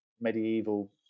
medieval